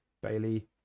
bailey